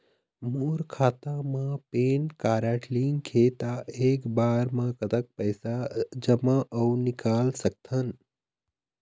मोर खाता मा PAN card link हे ता एक बार मा कतक पैसा जमा अऊ निकाल सकथन?